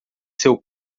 seu